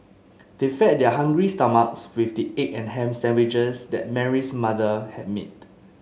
they fed their hungry stomachs with the egg and ham sandwiches that Mary's mother had made